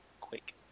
quick